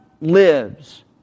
lives